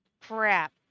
crap